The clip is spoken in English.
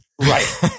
Right